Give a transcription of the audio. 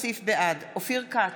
בעד אופיר כץ,